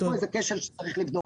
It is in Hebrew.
יש פה כשל שצריך לבדוק אותו.